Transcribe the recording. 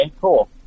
cool